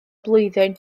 blwyddyn